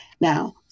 Now